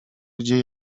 gdzie